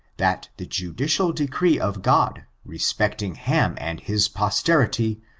that the ju dicial decree of god, respecting ham and his posteri ty,